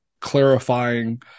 clarifying